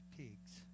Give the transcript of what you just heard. pigs